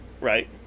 Right